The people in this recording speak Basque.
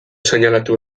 seinalatu